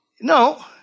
No